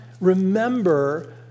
remember